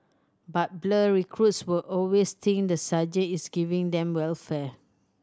but blur recruits will always think the sergeant is giving them welfare